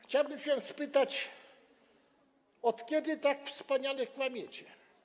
Chciałbym się spytać, od kiedy tak wspaniale kłamiecie.